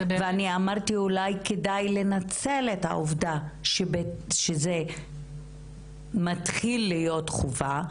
אמרתי אולי כדאי לנצל את העובדה שזו מתחילה להיות תקופה,